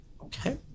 okay